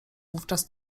wówczas